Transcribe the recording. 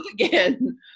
again